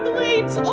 leads